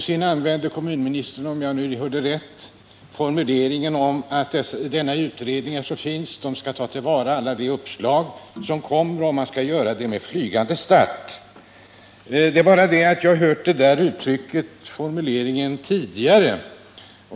Sedan använde kommunministern — om jag nu hörde rätt — formuleringen att dessa utredningar skall ta till vara alla givna uppslag och göra det med flygande start. Jag har emellertid hört denna formulering tidigare.